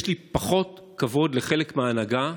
יש לי פחות כבוד לחלק מההנהגה,